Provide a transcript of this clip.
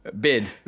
Bid